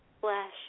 Flash